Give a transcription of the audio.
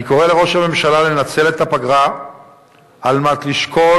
אני קורא לראש הממשלה לנצל את הפגרה על מנת לשקול